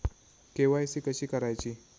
KYC कशी करायची?